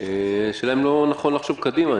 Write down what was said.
השאלה אם לא נכון לחשוב קדימה.